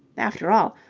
after all,